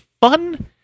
fun